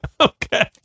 Okay